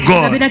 God